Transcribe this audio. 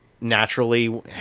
naturally